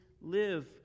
live